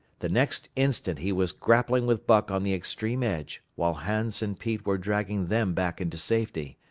the next instant he was grappling with buck on the extreme edge, while hans and pete were dragging them back into safety.